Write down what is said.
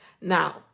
Now